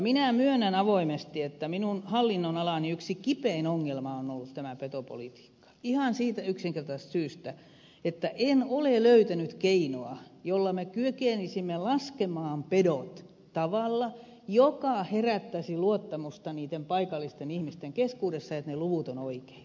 minä myönnän avoimesti että minun hallinnonalani yksi kipein ongelma on ollut tämä petopolitiikka ihan siitä yksinkertaisesta syystä että en ole löytänyt keinoa jolla me kykenisimme laskemaan pedot tavalla joka herättäisi luottamusta niiden paikallisten ihmisten keskuudessa että ne luvut ovat oikeita